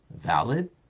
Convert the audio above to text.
valid